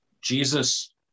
Jesus